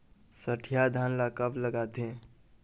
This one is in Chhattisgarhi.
सठिया धान ला कब लगाथें?